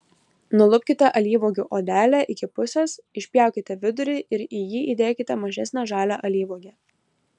nulupkite alyvuogių odelę iki pusės išpjaukite vidurį ir į jį įdėkite mažesnę žalią alyvuogę